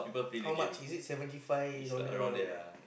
how much is it seventy five dollar around there